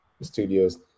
studios